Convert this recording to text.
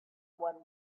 one